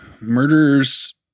murderers